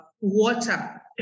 water